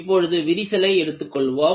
இப்பொழுது விரிசலை எடுத்துக்கொள்வோம்